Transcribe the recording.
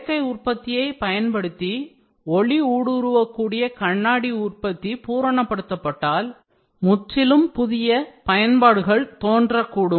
சேர்க்கை உற்பத்தியைப் பயன்படுத்தி ஒளி ஊடுருவக்கூடிய கண்ணாடி உற்பத்தி பூரணப்படுத்தப்பட்டால் முற்றிலும் புதிய பயன்பாடுகள் தோன்றக்கூடும்